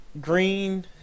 green